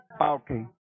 Okay